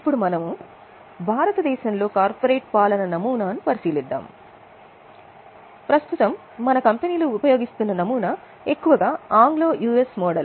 ఇప్పుడు మనము భారతదేశంలో కార్పొరేట్ పాలన నమూనాను పరిశీలిద్దాము ప్రస్తుతం మన కంపెనీలు ఉపయోగిస్తున్న నమూనా ఎక్కువగా ఆంగ్లో యుఎస్ మోడల్